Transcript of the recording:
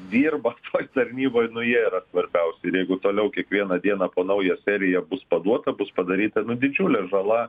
dirba toj tarnyboj nu jie yra svarbiausi ir jeigu toliau kiekvieną dieną po naują seriją bus paduota bus padaryta didžiulė žala